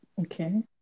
Okay